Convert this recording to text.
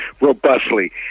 robustly